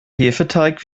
hefeteig